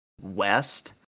west